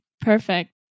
Perfect